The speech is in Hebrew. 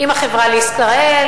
עם "החברה לישראל",